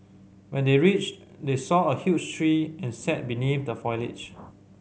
when they reached they saw a huge tree and sat beneath the foliage